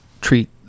treat